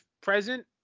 present